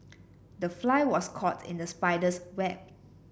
the fly was caught in the spider's web